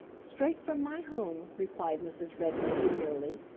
straight from my home, replied mrs. redwing demurely.